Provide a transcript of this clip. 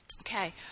Okay